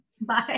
Bye